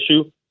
issue